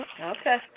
Okay